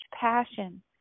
passion